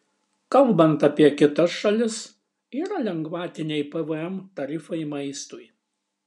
kalbant apie kitas šalis yra lengvatiniai pvm tarifai maistui